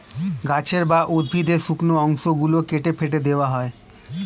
গাছের বা উদ্ভিদের শুকনো অংশ গুলো কেটে ফেটে দেওয়া হয়